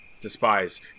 despise